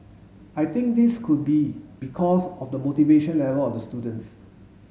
I think this could be because of the motivation level of the students